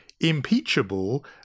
impeachable